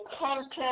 content